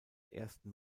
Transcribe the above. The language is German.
ersten